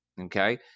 Okay